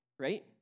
right